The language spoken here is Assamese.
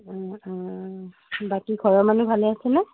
অঁ অঁ বাকী ঘৰৰ মানুহ ভালে আছেনে